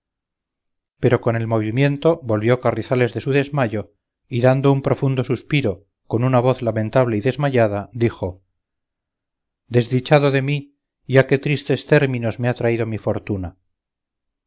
pero con el movimiento volvió carrizales de su desmayo y dando un profundo suspiro con una voz lamentable y desmayada dijo desdichado de mí y a qué tristes términos me ha traído mi fortuna